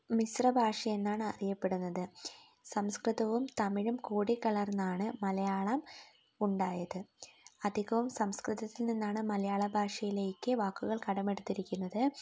മിശ്രഭാഷയെന്നാണ് അറിയപ്പെടുന്നത് സംസ്കൃതവും തമിഴും കൂടിക്കലർന്നാണ് മലയാളം ഉണ്ടായത് അധികവും സംസ്കൃതതത്തിൽ നിന്നാണ് മലയാള ഭാഷയിലേക്ക് വാക്കുകൾ കടമെടുത്തിരിക്കുന്നത്